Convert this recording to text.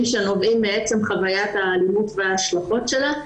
שנובעים מחוויית האלימות וההשלכות שלה.